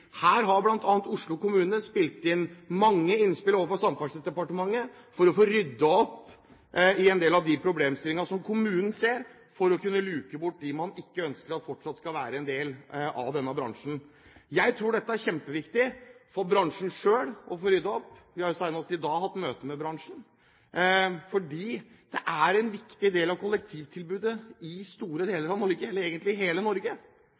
Her har bl.a. Oslo kommune kommet med mange innspill til Samferdselsdepartementet for å få ryddet opp i en del av de problemstillingene som kommunen ser, for å kunne luke bort dem man ikke vil fortsatt skal være en del av denne bransjen. Jeg tror det er kjempeviktig for bransjen selv å få ryddet opp – vi har senest i dag hatt møte med bransjen – fordi det er en viktig del av kollektivtilbudet i store deler av Norge, ja, egentlig i hele Norge.